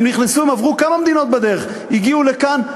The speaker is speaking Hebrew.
הם נכנסו, הם עברו כמה מדינות בדרך, הגיעו לכאן.